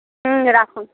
হুম রাখুন